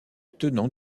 tenant